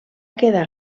quedar